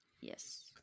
Yes